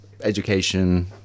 Education